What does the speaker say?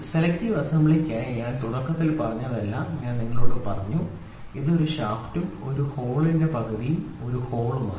selective അസംബ്ലിക്കായി ഞാൻ തുടക്കത്തിൽ പറഞ്ഞതെല്ലാം ഞാൻ നിങ്ങളോട് പറഞ്ഞു ഇത് ഒരു ഷാഫ്റ്റും ഒരു ഹോളിന്റെ പകുതിയും ഒരു ഹോളുമാണ്